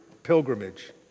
pilgrimage